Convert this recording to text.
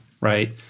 Right